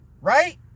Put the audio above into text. right